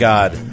God